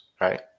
right